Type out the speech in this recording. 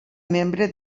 membre